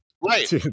Right